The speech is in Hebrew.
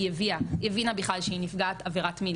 היא הבינה בכלל שהיא נפגעת עבירת מין,